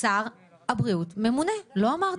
שר הבריאות ממונה, אמרתי.